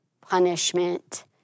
punishment